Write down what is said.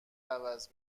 عوض